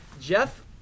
Jeff